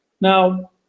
Now